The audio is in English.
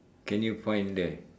can you find there